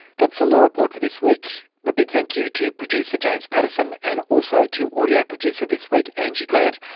that's the law report for this week. a but big thank you to producer james pattison, and also to audio producer this week angie grant.